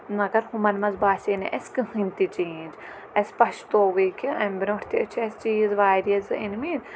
مگر ہُمَن منٛز باسے نہٕ اَسہِ کٕہٕنۍ تہِ چینٛج اَسہِ پچھتووُے کہِ اَمہِ برونٛٹھ تہِ چھِ اَسہِ چیٖز واریاہ زٕ أنۍ مٕتۍ